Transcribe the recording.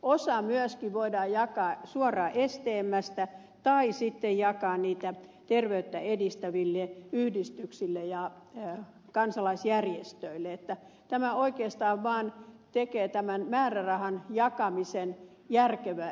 osa myöskin voidaan jakaa suoraan stmstä tai sitten jakaa niitä terveyttä edistäville yhdistyksille ja kansalaisjärjestöille joten tämä oikeastaan vaan tekee tämän määrärahan jakamisen järkevä